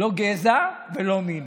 לא גזע ולא מין.